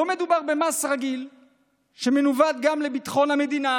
לא מדובר במס רגיל שמנווט גם לביטחון המדינה